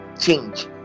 change